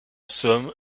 somme